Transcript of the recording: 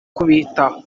kubitaho